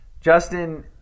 Justin